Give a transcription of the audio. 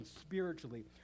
spiritually